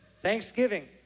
Thanksgiving